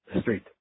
street